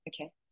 Okay